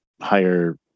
higher